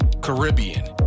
Caribbean